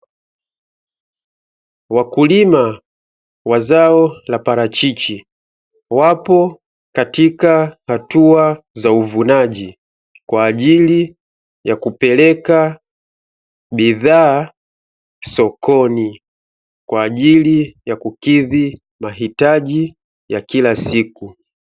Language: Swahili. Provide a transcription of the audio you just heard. Wakulima wa zao la parachichi, wapo katika hatua za uvunaji, kwa ajili ya kupeleka bidhaa sokoni, kwa ajili ya kukidhi mahitaji ya kila siku.